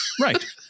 Right